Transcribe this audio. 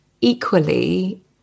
Equally